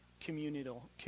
communal